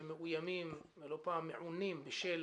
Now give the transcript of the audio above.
מאוימים ולא פעם מעונים בשל